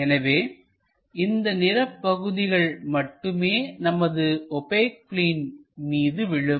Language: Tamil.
எனவே இந்த நிறப் பகுதிகள் மட்டுமே நமது ஓபெக் பிளேன் மீது விழும்